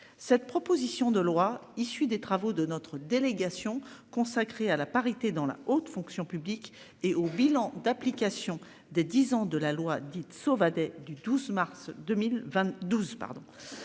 cette proposition de loi issu des travaux de notre délégation consacrée à la parité dans la haute fonction publique et au bilan d'application de 10 ans de la loi dite Sauvadet du 12 mars 2020,